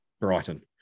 Brighton